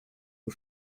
nur